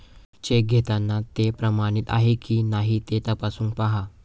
check घेताना ते प्रमाणित आहे की नाही ते तपासून पाहा